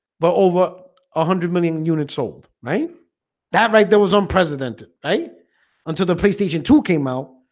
but over a hundred million units sold right that right there was on president right until the playstation two came out